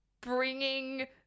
bringing